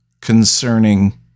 concerning